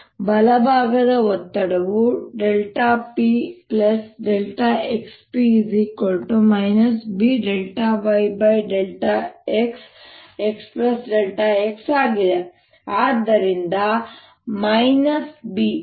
ಬಲಭಾಗದ ಒತ್ತಡವು pxp B ∂y∂xxx ಆಗಿದೆ